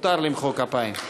מותר למחוא כפיים.